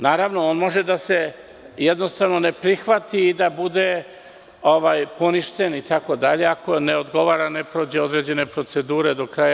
Naravno, on može jednostavno da se ne prihvati i da bude poništen itd, ako ne odgovara i ako ne prođe određene procedure do kraja.